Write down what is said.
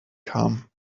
kamen